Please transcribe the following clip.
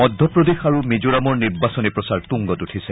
মধ্যপ্ৰদেশ আৰু মিজোৰামৰ নিৰ্বাচনী প্ৰচাৰ তুংগত উঠিছে